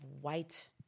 white